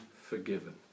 forgiven